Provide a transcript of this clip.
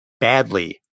badly